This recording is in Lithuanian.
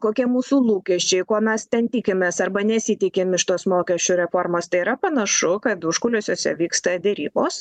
kokie mūsų lūkesčiai ko mes ten tikimės arba nesitikim iš tos mokesčių reformos tai yra panašu kad užkulisiuose vyksta derybos